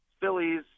Phillies